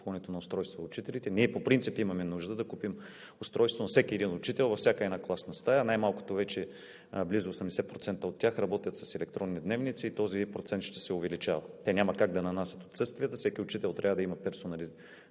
закупуването на устройства за учителите. Ние по принцип имаме нужда да купим устройства на всеки един учител във всяка една класна стая, най-малкото че вече близо 80% от тях работят с електронни дневници и този процент ще се увеличава. Те няма как да нанасят отсъствията. Всеки учител трябва да има персонален